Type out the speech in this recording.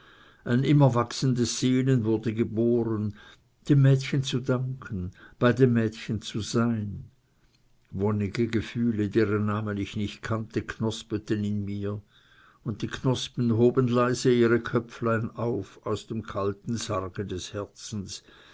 ein immer wachsendes sehnen wurde geboren dem mädchen zu danken bei dem mädchen zu sein wonnige gefühle deren namen ich nicht kenne knospeten in mir und die knospen hoben leise ihr köpflein auf aus dem kalten sarge des herzens